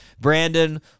Brandon